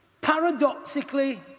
paradoxically